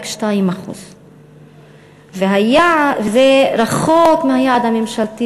רק 2%. זה רחוק מהיעד הממשלתי,